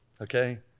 okay